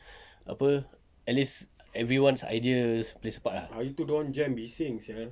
apa at least everyone's ideas plays a part ah